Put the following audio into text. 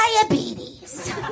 diabetes